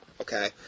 Okay